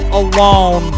alone